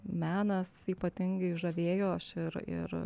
menas ypatingai žavėjo aš ir ir